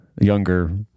younger